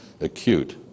acute